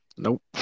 Nope